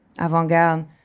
avant-garde